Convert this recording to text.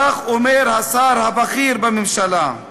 כך אומר השר הבכיר בממשלה.